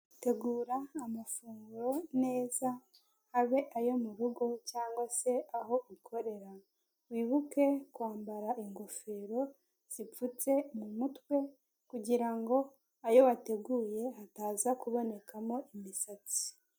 Tegura amafunguro neza abe ayo mu rugo cyangwa se aho ukorera, wibuke kwambara ingofero zipfutse mu mutwe kugirango ayo wateguye utaza kubonekamo imisatsi.